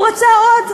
הוא רצה עוד.